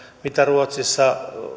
mitä ruotsissa